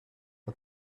but